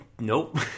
Nope